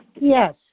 Yes